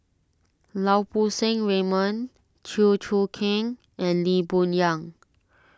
Lau Poo Seng Raymond Chew Choo Keng and Lee Boon Yang